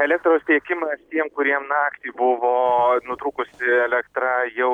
elektros tiekimą ir tiem kuriem naktį buvo nutrūkusi elektra jau